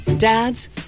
Dads